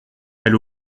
elle